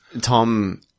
Tom